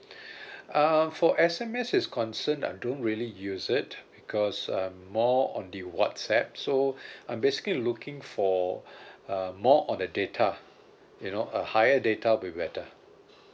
uh for S_M_S is concern I don't really use it because I'm more on the whatsapp so I'm basically looking for uh more on the data you know a higher data will be better